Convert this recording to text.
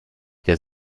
der